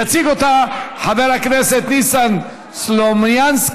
יציג אותה חבר הכנסת ניסן סלומינסקי.